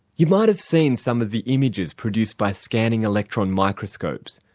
you might have seen some of the images produced by scanning electron microscopes.